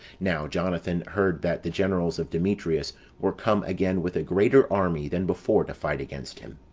now jonathan heard that the generals of demetrius were come again with a greater army than before to fight against him.